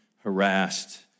harassed